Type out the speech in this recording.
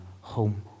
home